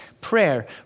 prayer